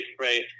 right